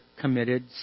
committed